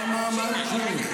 מה הם קשורים?